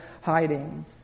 hiding